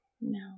No